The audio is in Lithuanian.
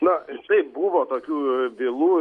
na taip buvo tokių bylų